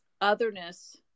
otherness